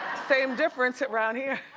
same difference around here.